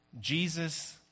Jesus